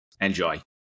Enjoy